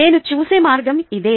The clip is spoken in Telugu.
నేను చూసే మార్గం ఇది